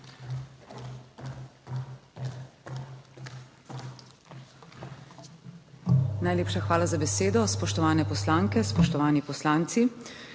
Najlepša hvala za besedo. Spoštovane poslanke, spoštovani poslanci!